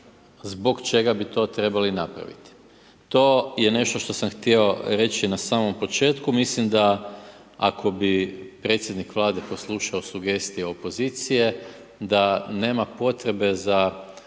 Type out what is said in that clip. zbog čega bi to trebali napraviti. To je nešto što sam htio reći na samom početku, mislim, da ako, bi predsjednik vlade poslušao sugestije opozicije, da nema potreba za